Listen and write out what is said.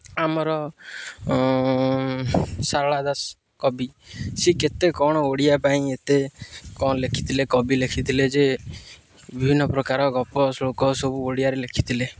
ଆମର ଶାରଳା ଦାସ କବି ସେ କେତେ କ'ଣ ଓଡ଼ିଆ ପାଇଁ ଏତେ କ'ଣ ଲେଖିଥିଲେ କବି ଲେଖିଥିଲେ ଯେ ବିଭିନ୍ନପ୍ରକାର ଗପ ଶ୍ଳୋକ ସବୁ ଓଡ଼ିଆରେ ଲେଖିଥିଲେ